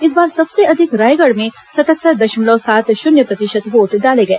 इस बार सबसे अधिक रायगढ़ में सतहत्तर दशमलव सात शून्य प्रतिशत वोट डाले गए